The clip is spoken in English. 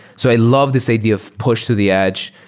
so i love this idea of push to the edge,